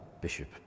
bishop